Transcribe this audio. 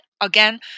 again